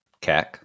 CAC